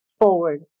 forward